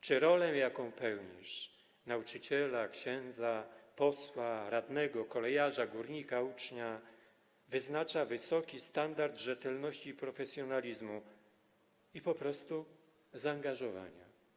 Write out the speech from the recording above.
Czy rolę, jaką pełnisz: nauczyciela, księdza, posła, radnego, kolejarza, górnika, ucznia, wyznacza wysoki standard rzetelności i profesjonalizmu, i po prostu zaangażowania?